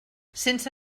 sense